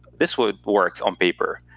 this would work on paper.